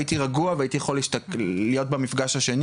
הייתי רגוע והייתי יכול להיות במפגש השני.